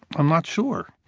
i'm not sure.